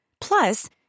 Plus